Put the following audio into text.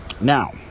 Now